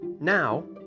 Now